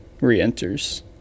re-enters